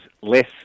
less